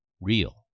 real